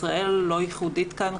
ישראל לא ייחודית כאן,